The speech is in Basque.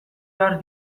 behar